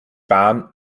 bahn